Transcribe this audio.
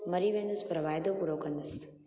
मरी वेंदुसि पर वाइदो पूरो कंदसि